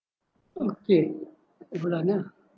okay ulang ah